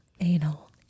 anal